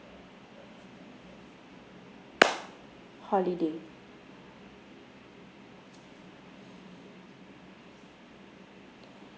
holiday